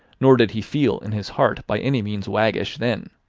nor did he feel, in his heart, by any means waggish then.